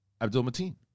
Abdul-Mateen